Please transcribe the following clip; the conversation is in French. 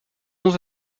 onze